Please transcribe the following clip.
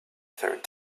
third